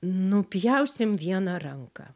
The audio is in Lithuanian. nupjausim vieną ranką